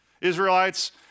Israelites